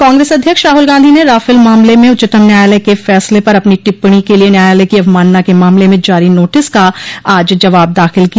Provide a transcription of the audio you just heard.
कांग्रेस अध्यक्ष राहल गांधी ने राफल मामले में उच्चतम न्यायालय के फैसले पर अपनी टिप्पणी के लिए न्यायालय की अवमानना के मामले में जारी नोटिस का आज जवाब दाखिल किया